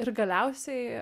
ir galiausiai